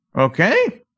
Okay